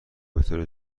بطور